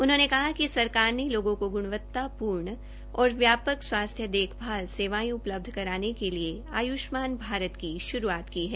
उन्होंने कहा कि सरकार ने लोगों केा गुणवतापूर्ण और व्यापक स्वास्थ्य देखभाल सेवायें उपलब्ध कराने के लिए आय्ष्मान भारत की श्रूआत की है